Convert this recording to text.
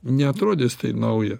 neatrodys tai nauja